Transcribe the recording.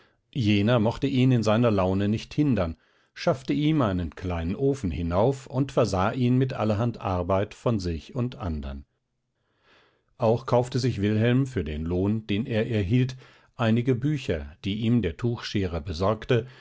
jener mochte ihn in seiner laune nicht hindern schaffte ihm einen kleinen ofen hinauf und versah ihn mit allerhand arbeit von sich und andern auch kaufte sich wilhelm für den lohn den er erhielt einige bücher die ihm der tuchscherer besorgte